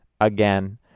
again